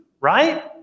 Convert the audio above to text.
right